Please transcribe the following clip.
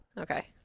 Okay